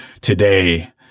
today